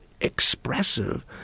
expressive